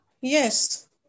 Yes